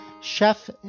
Chef